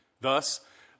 Thus